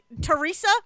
Teresa